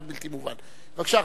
בבקשה,